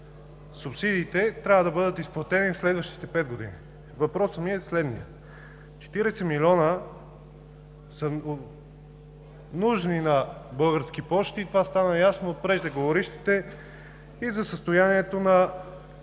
субсидиите трябва да бъдат изплатени в следващите 5 години. Въпросът ми е следният: 40 милиона са нужни на Български пощи. Това стана ясно от преждеговорившите, както за състоянието на